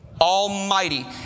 Almighty